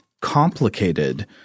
complicated